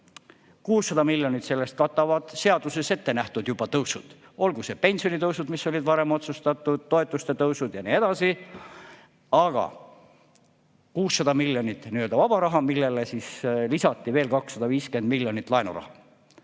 600 miljonit sellest katavad juba seaduses ettenähtud tõusud, olgu pensionitõusud, mis olid varem otsustatud, toetuste tõusud ja nii edasi – oli 600 miljonit vaba raha, millele lisati veel 250 miljonit laenuraha.